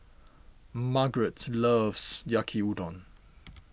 Margrett loves Yaki Udon